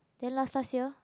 then last last year